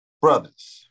brothers